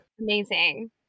Amazing